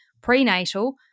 prenatal